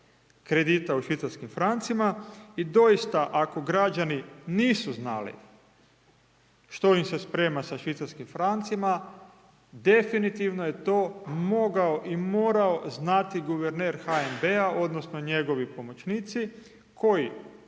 kredita u švicarskim francima i doista, ako građani nisu znali što im se sprema sa švicarskim francima, definitivno je to mogao i morao znati guverner HNB-a odnosno njegovi pomoćnici koji